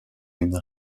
une